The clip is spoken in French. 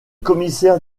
commissaires